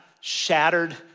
shattered